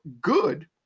good